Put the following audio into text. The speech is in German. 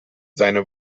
seine